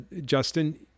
Justin